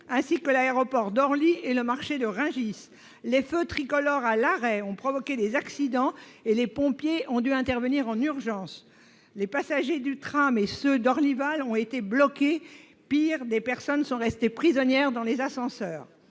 ainsi que l'aéroport d'Orly et le marché de Rungis. Les feux tricolores à l'arrêt ont provoqué des accidents, et les pompiers ont dû intervenir en urgence. Les passagers du tram et d'Orlyval ont été bloqués. Pis, des personnes sont restées prisonnières dans les ascenseurs.